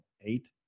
eight